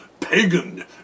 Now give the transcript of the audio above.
pagan